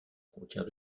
contient